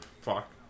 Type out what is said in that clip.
fuck